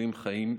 ומעודד,